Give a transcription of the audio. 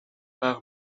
par